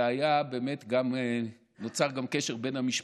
ובאמת נוצר קשר גם בין המשפחות.